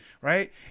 Right